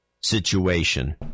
situation